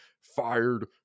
fired